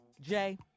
Jay